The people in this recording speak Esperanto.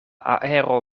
aero